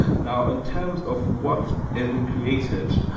now, in terms of what has been created,